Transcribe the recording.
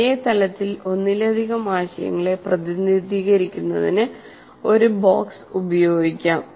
ഒരേ തലത്തിൽ ഒന്നിലധികം ആശയങ്ങളെ പ്രതിനിധീകരിക്കുന്നതിന് ഒരു ബോക്സ് ഉപയോഗിക്കാം